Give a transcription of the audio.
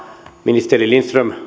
ministeri lindström